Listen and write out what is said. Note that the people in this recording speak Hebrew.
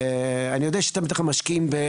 אני לא אחזור על דברים שנאמרו פה,